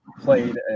played